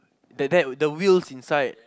that that the wheels inside